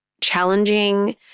challenging